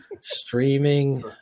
streaming